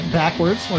backwards